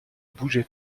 bougeait